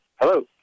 Hello